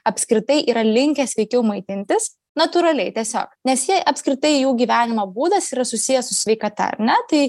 apskritai yra linkę sveikiau maitintis natūraliai tiesiog nes jie apskritai jų gyvenimo būdas yra susijęs su sveikata ar ne tai